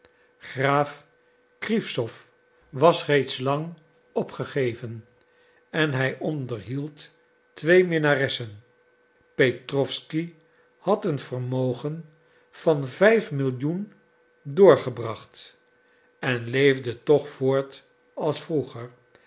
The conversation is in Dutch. graaf kriwzow was reeds lang opgegeven en hij onderhield twee minnaressen petrowsky had een vermogen van vijf millioen doorgebracht en leefde toch voort als vroeger